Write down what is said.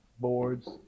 boards